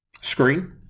screen